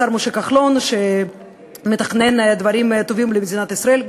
השר משה כחלון שמתכנן דברים טובים למדינת ישראל.